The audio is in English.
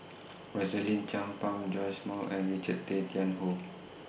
Rosaline Chan Pang Joash Moo and Richard Tay Tian Hoe